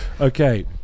okay